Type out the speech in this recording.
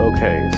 Okay